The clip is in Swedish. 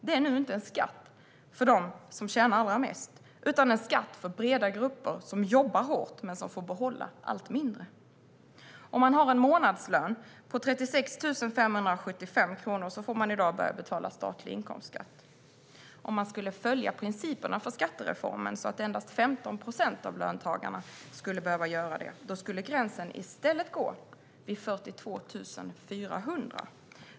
Det är nu inte en skatt för dem som tjänar allra mest, utan en skatt för breda grupper som jobbar hårt men som får behålla allt mindre. Om man har en månadslön på 36 575 kronor får man i dag börja betala statlig inkomstskatt. Om man skulle följa principerna för skattereformen, så att endast 15 procent av löntagarna skulle betala statlig inkomstskatt, skulle gränsen i stället gå vid 42 400 kronor.